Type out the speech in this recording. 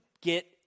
get